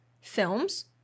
films